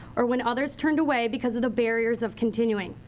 or when others turned away because of the barriers of continuing.